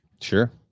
Sure